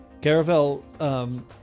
Garavel